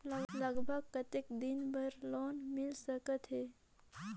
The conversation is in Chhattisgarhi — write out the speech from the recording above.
लगभग कतेक दिन बार लोन मिल सकत हे?